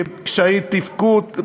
קשיי תפקוד,